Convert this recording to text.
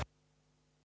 Hvala